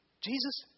Jesus